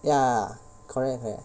ya correct correct